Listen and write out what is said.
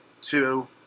two